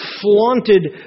flaunted